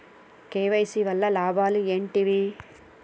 KYC వల్ల లాభాలు ఏంటివి?